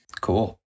Cool